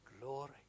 glory